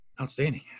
Outstanding